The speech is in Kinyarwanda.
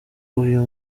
uyu